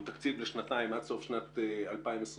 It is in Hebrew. הוא תקציב לשנתיים עד סוף שנת 2021,